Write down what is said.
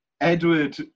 Edward